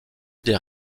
des